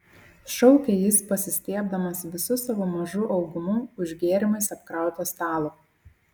šaukė jis pasistiebdamas visu savo mažu augumu už gėrimais apkrauto stalo